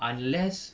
unless